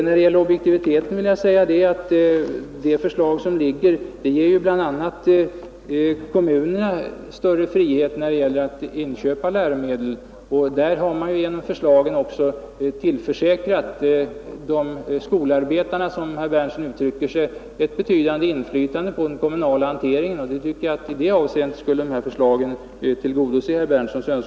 Vad objektiviteten beträffar ger de förslag som framlagts bl.a. kommunerna större frihet när det gäller att inköpa läromedel. Genom förslagen har man också tillförsäkrat ”skolarbetarna” — som herr Berndtson uttrycker sig — ett betydande inflytande på den kommunala hanteringen, varför jag tycker att herr Berndtsons önskemål i det avseendet har tillgodosetts.